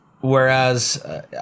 Whereas